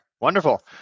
wonderful